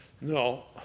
No